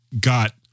got